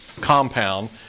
compound